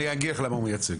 אני אגיד לך למה הוא מייצג.